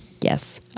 Yes